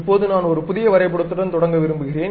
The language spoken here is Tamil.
இப்போது நான் ஒரு புதிய வரைபடத்துடன் தொடங்க விரும்புகிறேன்